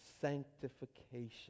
sanctification